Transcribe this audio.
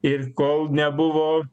ir kol nebuvo